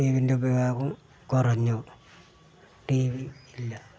T വീൻ്റെ ഉപയോഗം കുറഞ്ഞു ടി വിയില്ല